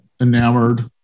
enamored